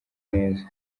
neza